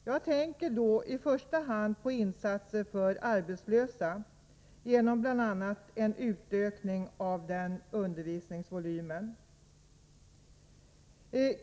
Jag tänker därvid i första hand på insatser för arbetslösa genom bl.a. en utökning av undervisningsvolymen för dessa.